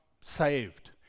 saved